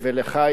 לך,